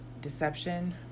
deception